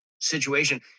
Situation